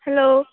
hello